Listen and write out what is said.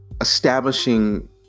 establishing